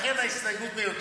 לכן ההסתייגות מיותרת.